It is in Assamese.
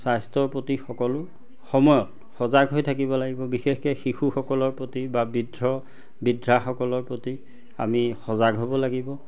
স্বাস্থ্যৰ প্ৰতি সকলো সময়ত সজাগ হৈ থাকিব লাগিব বিশেষকে শিশুসকলৰ প্ৰতি বা বৃদ্ধ বৃদ্ধাসকলৰ প্ৰতি আমি সজাগ হ'ব লাগিব